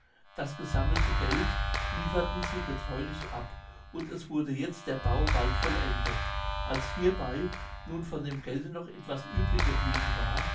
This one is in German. das gesammelte geld lieferten sie getreulich ab und es wurde jetzt der bau bald vollendet als hierbei nun von dem gelde noch etwas übrig geblieben war